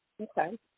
Okay